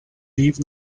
leave